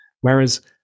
whereas